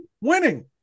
Winning